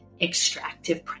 extractive